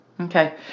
Okay